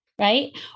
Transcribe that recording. right